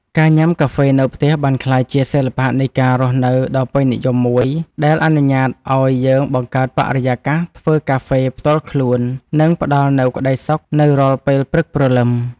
ការញ៉ាំកាហ្វេនៅផ្ទះ បានក្លាយជាសិល្បៈនៃការរស់នៅដ៏ពេញនិយមមួយ ដែលអនុញ្ញាតឱ្យយើងបង្កើតបរិយាកាសធ្វើកាហ្វេផ្ទាល់ខ្លួន និងផ្ដល់នូវក្ដីសុខនៅរាល់ពេលព្រឹកព្រលឹម។